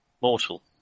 Mortal